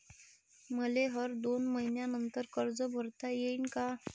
मले हर दोन मयीन्यानंतर कर्ज भरता येईन का?